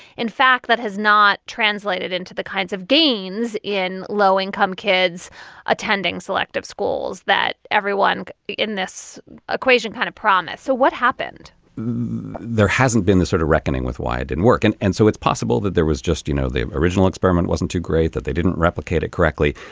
in fact that has not translated into the kinds of gains in low income kids attending selective schools that everyone in this equation kind of promise. so what happened there hasn't been this sort of reckoning with why it didn't work. and and so it's possible that there was just you know the original experiment wasn't too great that they didn't replicate it correctly.